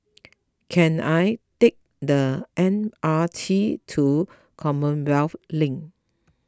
can I take the M R T to Commonwealth Link